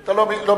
אתה לא מתערב.